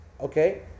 Okay